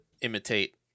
imitate